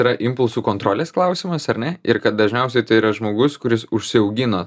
yra impulsų kontrolės klausimas ar ne ir kad dažniausiai tai yra žmogus kuris užsiaugino